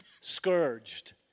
scourged